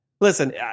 Listen